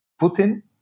Putin